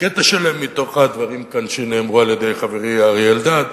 קטע שלם מתוך הדברים שנאמרו כאן על-ידי חברי אריה אלדד,